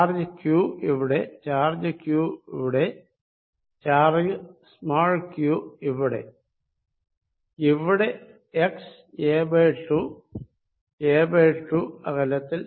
charge Q ഇവിടെ charge Q ഇവിടെ charge q ഇവിടെ x a2 a2 അകലത്തിൽ